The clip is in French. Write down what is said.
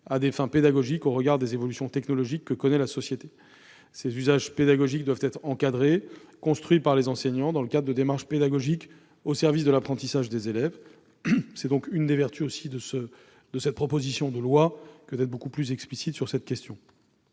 à des fins pédagogiques au regard des évolutions technologiques que connaît la société. Ces usages pédagogiques doivent être encadrés, construits par les enseignants dans le cadre de démarches pédagogiques au service de l'apprentissage des élèves. C'est une des vertus de cette proposition de loi que d'être beaucoup plus explicite sur la question.